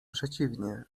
przeciwnie